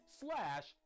slash